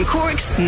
Cork's